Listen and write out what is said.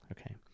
Okay